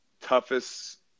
toughest